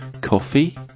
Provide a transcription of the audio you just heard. Coffee